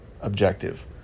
objective